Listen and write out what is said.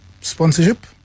sponsorship